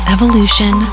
Evolution